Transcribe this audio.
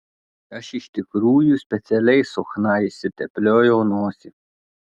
aš iš tikrųjų specialiai su chna išsitepliojau nosį